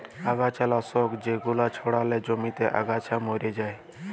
আগাছা লাশক জেগুলান ছড়ালে জমিতে আগাছা ম্যরে যায়